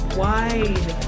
wide